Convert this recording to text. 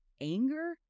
anger